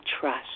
trust